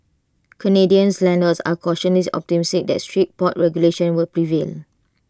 Canadian's landlords are cautiously optimistic that strict pot regulations will prevail